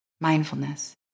mindfulness